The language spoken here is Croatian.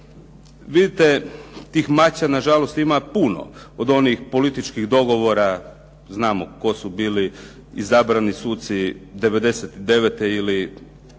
Vidite tih mača na žalost ima puno od onih političkih dogovora, znamo tko su bili izabrani suci '99.